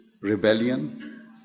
rebellion